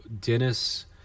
dennis